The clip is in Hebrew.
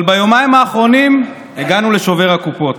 אבל ביומיים האחרונים הגענו לשובר הקופות,